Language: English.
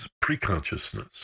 pre-consciousness